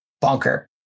Bunker